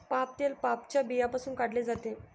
palm तेल पामच्या बियांपासून काढले जाते